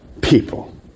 people